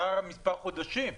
אתה מספר חודשים.